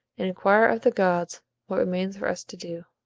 and inquire of the gods what remains for us to do.